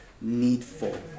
needful